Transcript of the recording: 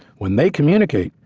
when they communicate,